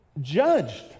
judged